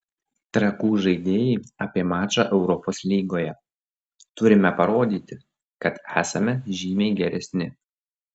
trakų žaidėjai apie mačą europos lygoje turime parodyti kad esame žymiai geresni